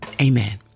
Amen